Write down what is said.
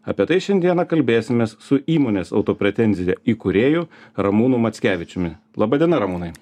apie tai šiandieną kalbėsimės su įmonės auto pretenzija įkūrėju ramūnu mackevičiumi laba diena ramūnai